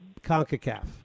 CONCACAF